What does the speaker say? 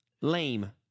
Lame